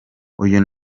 uyu